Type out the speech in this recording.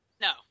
No